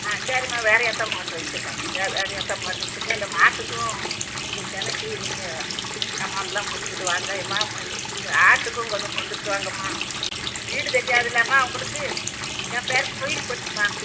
ஆ சரிம்மா வேறுயா தான் போட்டு வச்சுருக்கேன் வே வேறுயாத்தான் போட்டு வச்சுருக்கேன் இந்த மாட்டுக்கும் நீங்கள் சினைக்கு நீங்கள் சாமானெலாம் கொண்டுக்கிட்டு வாங்க அம்மா மாதிரி இது ஆட்டுக்கும் கொஞ்சம் கொண்டுக்கிட்டு வாங்கம்மா வீடு தெரியாதுல்லைம்மா உங்களுக்கு என் பேரு குயில்பட்டும்மா